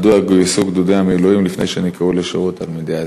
מדוע גויסו גדודי המילואים לפני שנקראו לשירות תלמידי ההסדר?